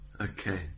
Okay